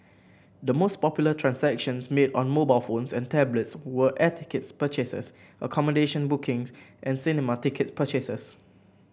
the most popular transactions made on mobile phones and tablets were air ticket purchases accommodation bookings and cinema ticket purchases